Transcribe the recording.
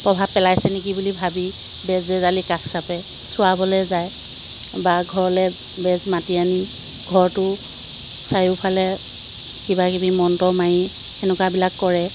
প্ৰভাৱ পেলাইছে নেকি বুলি ভাবি বেজবেজালিৰ কাষ চাপে চোৱাবলৈ যায় বা ঘৰলৈ বেজ মাতি আনি ঘৰটো চাৰিওফালে কিবাকিবি মন্ত্ৰ মাৰি তেনেকুৱা বিলাক কৰে